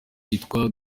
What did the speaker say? yitwa